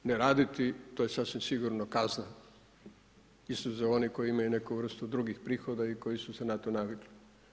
Ne raditi to je sasvim sigurno kazna osim za one koji imaju neku vrstu drugih prihoda i koji su se na to navikli.